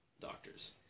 doctors